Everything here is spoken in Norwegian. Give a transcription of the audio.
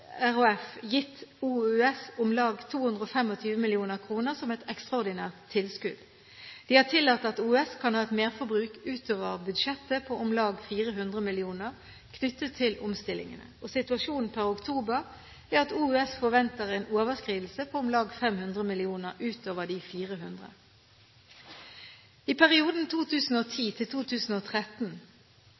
RHF gitt OUS om lag 225 mill. kr som et ekstraordinært tilskudd. De har tillatt at OUS kan ha et merforbruk utover budsjettet på om lag 400 mill. kr knyttet til omstillingene. Situasjonen per oktober er at OUS forventer en overskridelse på om lag 500 mill. kr utover de 400 mill. kr. I perioden